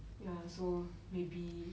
ya so maybe